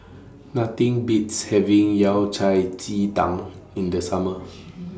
Nothing Beats having Yao Cai Ji Tang in The Summer